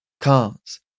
Cars